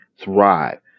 thrive